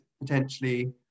potentially